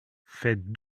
faites